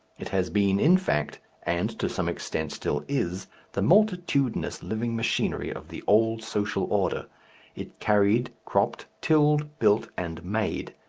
it has been, in fact and to some extent still is the multitudinous living machinery of the old social order it carried, cropped, tilled, built, and made.